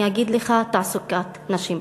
אני אגיד לך: תעסוקת נשים.